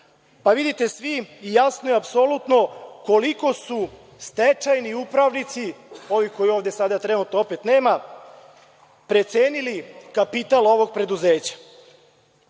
Vidite svi jasno i apsolutno koliko su stečajni upravnici, ovi kojih ovde sada trenutno opet nema, precenili kapital ovog preduzeća. Pomenu